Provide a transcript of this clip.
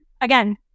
again